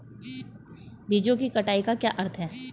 बीजों की कटाई का क्या अर्थ है?